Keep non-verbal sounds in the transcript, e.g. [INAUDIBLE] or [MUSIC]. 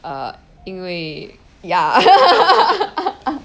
uh 因为 ya [LAUGHS]